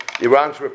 Iran's